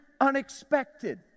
unexpected